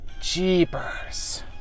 Jeepers